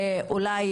ואולי